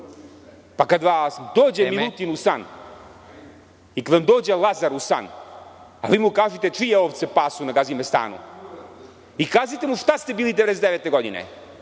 pa kad vam dođe Milutin u san, ili kad vam dođe Lazar u san, a vi mu kažite čije ovce pasu na Gazimestanu i kažite mu šta ste bili 1999.